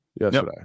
yesterday